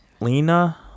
Lena